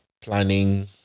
planning